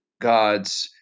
God's